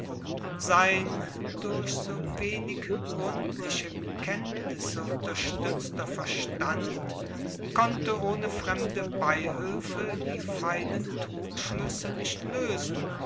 sein durch so wenig gründliche kenntnisse unterstützter verstand konnte ohne fremde beihülfe die feinen trugschlüsse nicht lösen